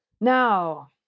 Now